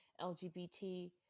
LGBT